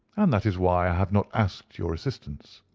and that is why i have not asked your assistance.